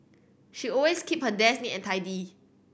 she always keep her desk neat and tidy